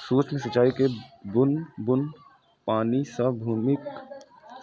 सूक्ष्म सिंचाइ मे बुन्न बुन्न पानि सं भूमिक